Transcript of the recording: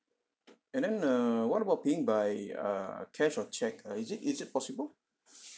and then err what about paying by err cash or cheque uh is it is it possible